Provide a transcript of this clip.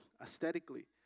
aesthetically